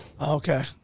Okay